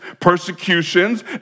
persecutions